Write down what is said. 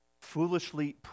foolishly